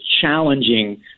challenging